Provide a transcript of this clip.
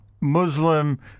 Muslim